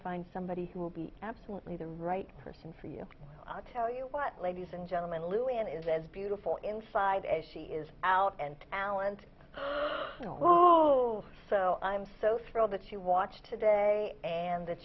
find somebody who will be absolutely the right person for you i'll tell you what ladies and gentlemen lewin is as beautiful inside as she is out and alland the final oh so i'm so thrilled that she watched today and that